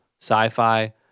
sci-fi